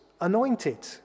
anointed